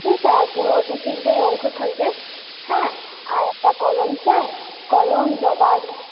ঠিক আছে পুরো দু দিকটাই অঙ্ক থাকবে হ্যাঁ আর একটা কলম সেট কলম রবার